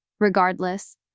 regardless